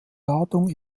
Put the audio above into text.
ladung